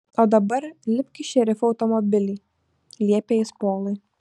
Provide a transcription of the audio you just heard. o dabar lipk į šerifo automobilį liepė jis polui